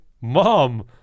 mom